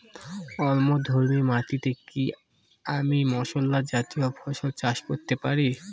অম্লধর্মী মাটিতে কি আমি মশলা জাতীয় ফসল চাষ করতে পারি?